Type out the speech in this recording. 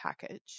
package